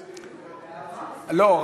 לא.